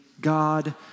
God